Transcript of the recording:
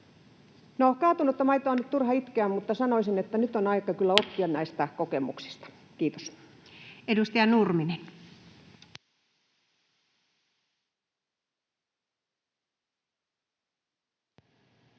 kaatunutta maitoa on nyt turha itkeä, mutta sanoisin, että nyt on aika kyllä oppia näistä kokemuksista. — Kiitos. Edustaja Nurminen. Arvoisa